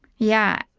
yeah.